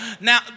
Now